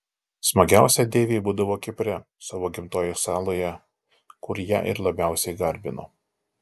smagiausia deivei būdavo kipre savo gimtojoje saloje kur ją ir labiausiai garbino